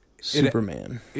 Superman